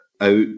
out